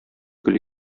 гөл